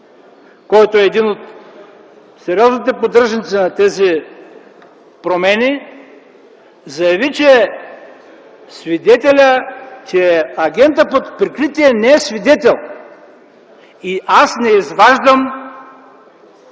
който е един от сериозните поддръжници на тези промени, заяви, че агентът под прикритие не е свидетел. И аз не изваждам